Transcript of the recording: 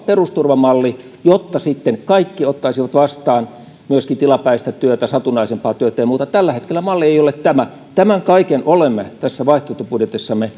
perusturvamalli jotta sitten kaikki ottaisivat vastaan myöskin tilapäistä työtä satunnaisempaa työtä ja muuta tällä hetkellä malli ei ole tämä tämän kaiken olemme tässä vaihtoehtobudjetissamme